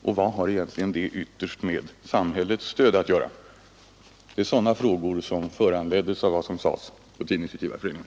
Och vad har detta ytterst att göra med frågan om samhällets stöd? Det är sådana frågor som föranleddes av det som sades hos Tidningsutgivareföreningen.